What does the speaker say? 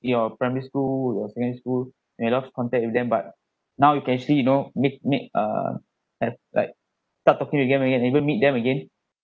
your primary school your secondary school you may lost contact with them but now you can actually you know make make err like like start talking to them again you can even meet them again